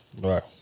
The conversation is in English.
Right